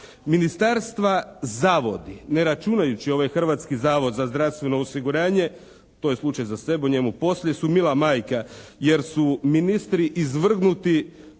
Ministarstva, zavodi ne računajući ovaj Hrvatski zavod za zdravstveno osiguranje, to je slučaj za sebe o njemu poslije, su mila majka jer su ministri izvrgnuti